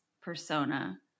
persona